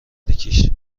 کیش